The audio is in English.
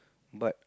but